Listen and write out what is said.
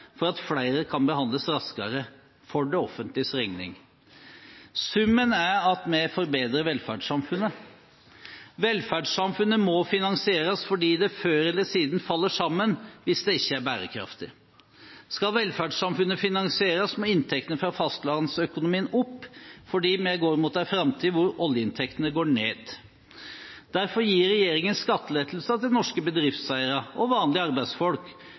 for at flere kan behandles raskere – på det offentliges regning. Summen er at vi forbedrer velferdssamfunnet. Velferdssamfunnet må finansieres, fordi det før eller siden faller sammen hvis det ikke er bærekraftig. Skal velferdssamfunnet finansieres, må inntektene fra fastlandsøkonomien opp, fordi vi går mot en framtid hvor oljeinntektene går ned. Derfor gir regjeringen skattelettelser til norske bedriftseiere og vanlige arbeidsfolk